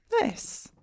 Nice